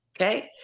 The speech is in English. Okay